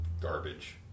garbage